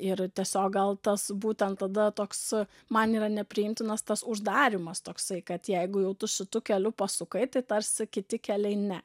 ir tiesiog gal tas būtent tada toks man yra nepriimtinas tas uždarymas toksai kad jeigu jau tu šitu keliu pasukai tai tarsi kiti keliai ne